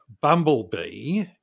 bumblebee